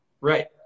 Right